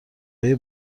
های